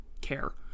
care